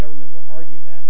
government will argue that